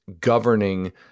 governing